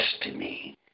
destiny